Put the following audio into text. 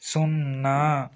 సున్నా